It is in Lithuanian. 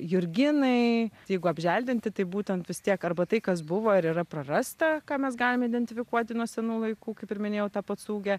jurginai jeigu apželdinti tai būtent vis tiek arba tai kas buvo ir yra prarasta ką mes galim identifikuoti nuo senų laikų kaip ir minėjau ta pocūgė